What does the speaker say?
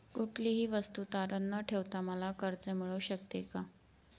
कुठलीही वस्तू तारण न ठेवता मला कर्ज मिळू शकते का?